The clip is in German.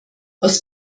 aus